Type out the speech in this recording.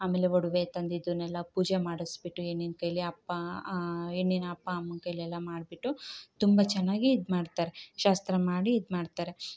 ಆಮೇಲೆ ಒಡವೆ ತಂದಿದ್ದನೆಲ್ಲ ಪೂಜೆ ಮಾಡಿಸಿಬಿಟ್ಟು ಹೆಣ್ಣಿನ ಕೈಲಿ ಅಪ್ಪ ಹೆಣ್ಣಿನ ಅಪ್ಪ ಅಮ್ಮನ ಕೈಲೆಲ್ಲ ಮಾಡಿಬಿಟ್ಟು ತುಂಬ ಚೆನ್ನಾಗಿ ಇದು ಮಾಡ್ತಾರೆ ಶಾಸ್ತ್ರ ಮಾಡಿ ಇದು ಮಾಡ್ತಾರೆ